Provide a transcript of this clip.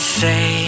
say